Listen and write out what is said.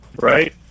right